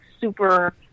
super